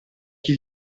chi